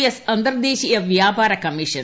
S അന്തർദേശീയ വ്യാപാര commission